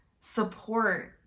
support